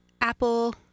Apple